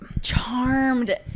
Charmed